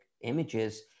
images